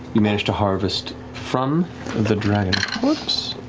you manage to harvest from the dragon, whoops.